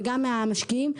וגם מהמשקיעים,